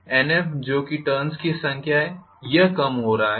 Nf जो कि turns की संख्या है यह कम होने जा रहा है